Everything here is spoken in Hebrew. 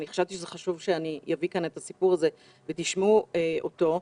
חשבתי שחשוב שאביא לכאן את הסיפור הזה ותשמעו אותו.